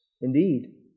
Indeed